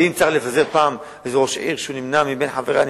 ואם צריך להדיח פעם איזה ראש עיר שנמנה עם חברי,